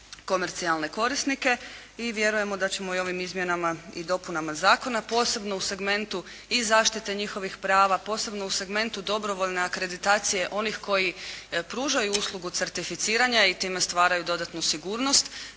komercijalne korisnike i vjerujemo da ćemo i ovim izmjenama i dopunama zakona posebno u segmentu i zaštite njihovih prava, posebno u segmentu dobrovoljne akreditacije onih koji pružaju uslugu certificiranja i time stvaraju dodatnu sigurnost